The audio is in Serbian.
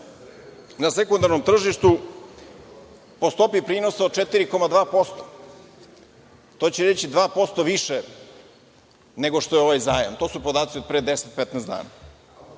na sekundarnom tržištu po stopi prinosa od 4,2%. To će reći 2% više nego što je ovaj zajam. To su podaci od pre deset,